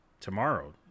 tomorrow